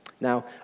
Now